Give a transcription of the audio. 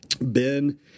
Ben